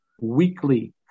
Weekly